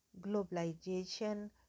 globalization